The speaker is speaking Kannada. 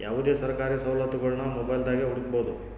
ಯಾವುದೇ ಸರ್ಕಾರಿ ಸವಲತ್ತುಗುಳ್ನ ಮೊಬೈಲ್ದಾಗೆ ಹುಡುಕಬೊದು